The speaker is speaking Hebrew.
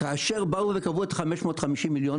כאשר באו וקבעו את אותם 550 מיליון,